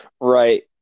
Right